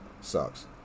Sucks